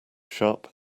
sharp